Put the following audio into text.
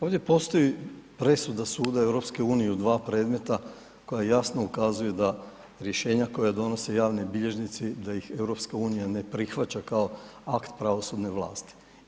Ovdje postoji presuda suda EU u dva predmeta koja jasno ukazuju da rješenja koja donose javni bilježnici da ih EU ne prihvaća kao akt pravosudne vlasti.